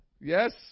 Yes